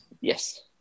yes